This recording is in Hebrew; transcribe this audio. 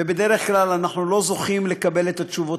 ובדרך כלל אנחנו לא זוכים לקבל את התשובות